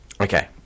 Okay